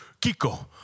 Kiko